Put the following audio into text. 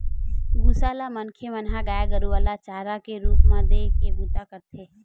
भूसा ल मनखे मन ह गाय गरुवा ल चारा के रुप म देय के बूता करथे